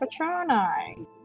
Patroni